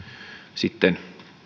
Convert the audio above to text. sitten